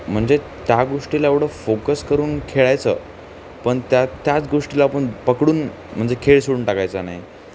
म्हणजे त्या गोष्टीला एवढं फोकस करून खेळायचं पण त्या त्याच गोष्टीला आपण पकडून म्हणजे खेळ सोडून टाकायचा नाही